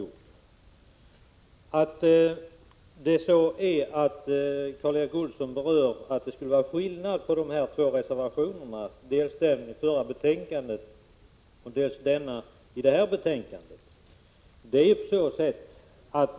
Karl Erik Olsson påstår att det skulle vara skillnad mellan de två reservationerna, dels den i det förra betänkandet, dels den i det betänkande vi nu behandlar.